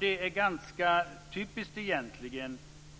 Det är ganska typiskt egentligen